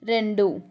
రెండు